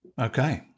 Okay